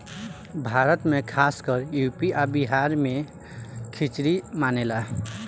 भारत मे खासकर यू.पी आ बिहार मे खिचरी मानेला